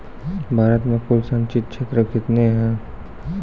भारत मे कुल संचित क्षेत्र कितने हैं?